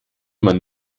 man